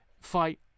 fight